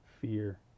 fear